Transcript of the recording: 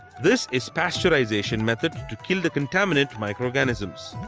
this is pasteurization method to kill the contaminant microorganisms.